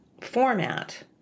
format